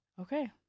okay